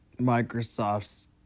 Microsoft's